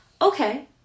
Okay